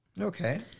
Okay